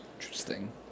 Interesting